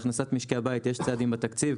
בהכנסת משקי הבית יש צעדים בתקציב,